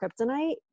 kryptonite